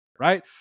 Right